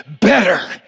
better